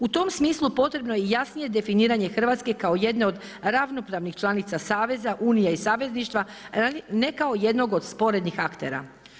U tom smislu, potrebno je jasnije definiranje Hrvatske kao jedne od ravnopravnih članica saveza unije i savezništva, ne kao jednog od sporednih aktera.